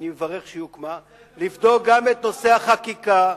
אני מברך שהיא הוקמה, לבדוק גם נושא החקיקה.